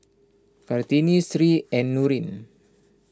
Kartini Sri and Nurin